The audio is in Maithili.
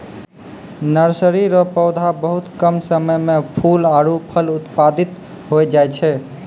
नर्सरी रो पौधा बहुत कम समय मे फूल आरु फल उत्पादित होय जाय छै